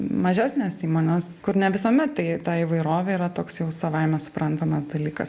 mažesnės įmonės kur ne visuomet tai ta įvairovė yra toks jau savaime suprantamas dalykas